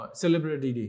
celebrity